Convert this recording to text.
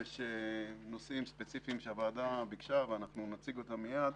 יש נושאים ספציפיים שהוועדה ביקשה ואנחנו נציג אותם מיד.